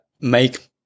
make